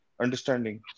understanding